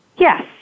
Yes